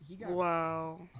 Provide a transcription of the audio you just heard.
Wow